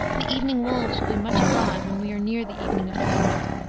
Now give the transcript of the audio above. the evening wolves will be much abroad when we are near the evening of the world.